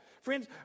Friends